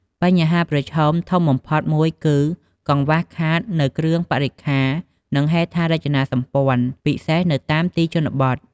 បញ្ហាប្រឈមធំបំផុតមួយគឺ កង្វះខាតនៅគ្រឿងបរិក្ខារ និងហេដ្ឋារចនាសម្ព័ន្ធ ពិសេសនៅតាមទីជនបទ។